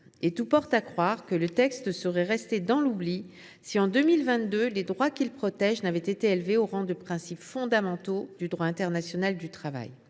d’ailleurs à croire que le texte serait resté dans l’oubli si, en 2022, les droits qu’il protège n’avaient été élevés au rang de principes fondamentaux du droit international du travail.